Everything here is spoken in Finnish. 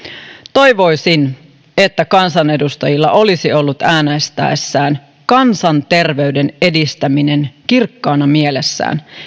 toivoisin että kansanedustajilla olisi ollut äänestäessään kansanterveyden edistäminen kirkkaana mielessään